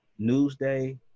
Newsday